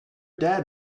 dad